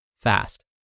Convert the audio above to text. fast